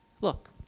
Look